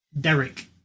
Derek